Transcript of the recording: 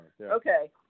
Okay